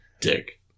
Dick